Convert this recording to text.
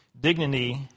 dignity